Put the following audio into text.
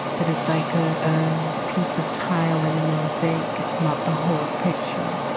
but as staker a piece of tile in a mosaic, it's not the whole picture